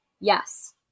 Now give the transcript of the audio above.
Yes